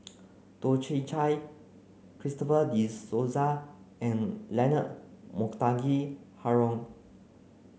Toh Chin Chye Christopher De Souza and Leonard Montague Harrod